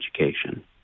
education